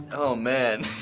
oh man.